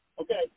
Okay